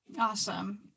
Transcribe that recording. awesome